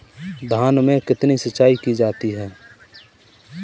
धान में कितनी सिंचाई की जाती है?